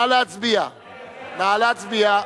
נא להצביע.